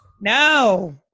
No